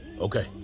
okay